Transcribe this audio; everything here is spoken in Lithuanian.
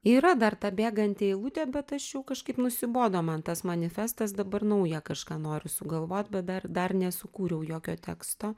yra dar ta bėganti eilutė bet aš jau kažkaip nusibodo man tas manifestas dabar nauja kažką noriu sugalvot bet dar dar nesukūriau jokio teksto